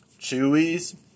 chewies